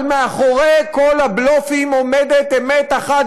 אבל מאחורי כל הבלופים עומדת אמת אחת